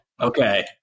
Okay